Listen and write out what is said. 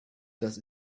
das